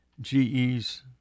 GE's